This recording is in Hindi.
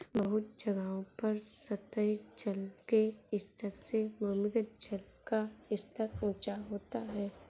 बहुत जगहों पर सतही जल के स्तर से भूमिगत जल का स्तर ऊँचा होता है